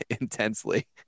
intensely